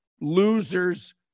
losers